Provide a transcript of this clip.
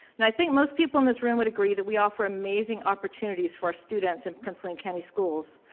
and i think most people in this room would agree that we offer amazing opportunities for our students in prince william county schools.